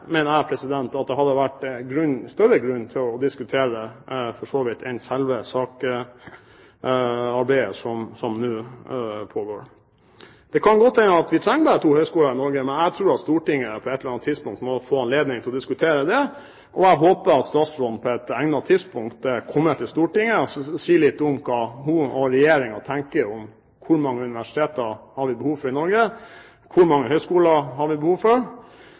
mener jeg at det for så vidt hadde vært større grunn til å diskutere enn selve saksarbeidet som nå pågår. Det kan godt hende at vi trenger bare to høyskoler i Norge, men jeg tror at Stortinget på et eller annet tidspunkt må få anledning til å diskutere det, og jeg håper at statsråden på et egnet tidspunkt kommer til Stortinget og sier litt om hva hun og Regjeringen tenker om hvor mange universiteter vi har behov for i Norge, hvor mange høyskoler vi har behov for,